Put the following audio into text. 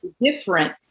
different